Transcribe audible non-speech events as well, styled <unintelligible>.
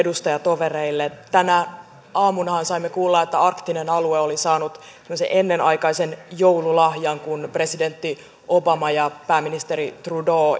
edustajatovereille tänä aamunahan saimme kuulla että arktinen alue oli saanut tämmöisen ennenaikaisen joululahjan kun presidentti obama ja kanadan pääministeri trudeau <unintelligible>